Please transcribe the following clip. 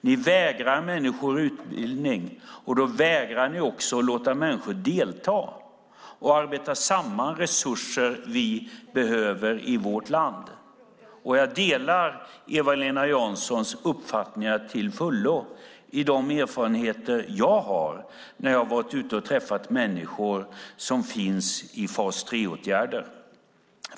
Ni vägrar människor utbildning; då vägrar ni också att låta människor delta och arbeta ihop resurser som vi behöver i vårt land. Jag delar till fullo Eva-Lena Janssons uppfattning. Den stämmer med de erfarenheter jag har från när jag har träffat människor som är i fas 3-åtgärder.